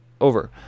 over